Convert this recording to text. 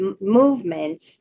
movement